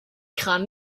kran